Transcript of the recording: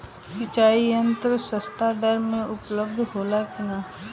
सिंचाई यंत्र सस्ता दर में उपलब्ध होला कि न?